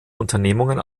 unternehmungen